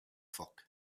foc